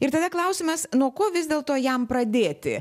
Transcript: ir tada klausimas nuo ko vis dėlto jam pradėti